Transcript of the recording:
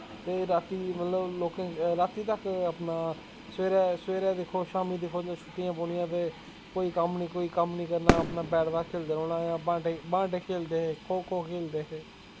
ते रातीं मतलब लोकें राती तक अपना सवेरै सवेरै दिक्खो शाम्मी दिक्खो इ'यां छुट्टियां पौनियां ते कोई कम्म निं कोई कम्म निं करना अपनै बैट बॉल खेढदे रौह्ना जां बांह्टे खेढदे हे खो खो खेढदे हे